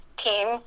team